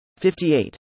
58